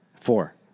Four